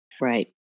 Right